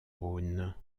rhône